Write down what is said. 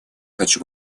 хочу